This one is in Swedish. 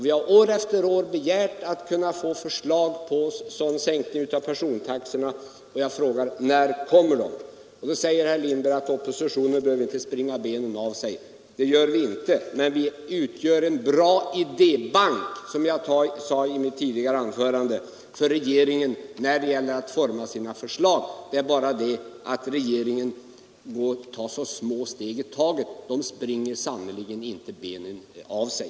Vi har år efter år begärt förslag om sänkning av persontaxorna, och jag frågar: När kommer de? Då säger herr Lindberg att oppositionen inte behöver springa benen av sig i detta sammanhang. Det gör vi inte heller, men vi representerar en bra idébank, som jag sade i mitt tidigare anförande, för regeringen när den skall utforma sina förslag. Felet är bara det att regeringen tar så små steg i taget. Den springer sannerligen inte benen av sig.